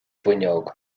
bhfuinneog